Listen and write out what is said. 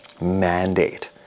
mandate